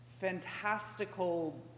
fantastical